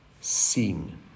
sing